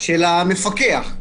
של המפקח.